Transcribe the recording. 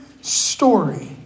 story